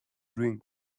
drink